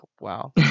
wow